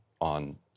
on